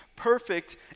perfect